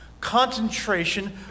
concentration